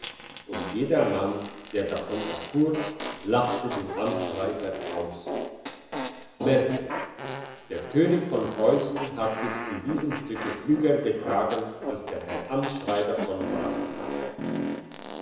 und jedermann der davon erfuhr lachte den amtsschreiber aus merke der könig von preussen hat sich in diesem stücke klüger betragen als der herr amtsschreiber von brassenheim